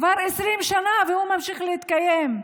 כבר 20 שנה הוא ממשיך להתקיים.